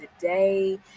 today